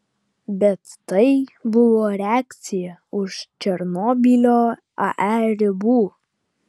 bet tai buvo reakcija už černobylio ae ribų